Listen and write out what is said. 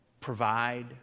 provide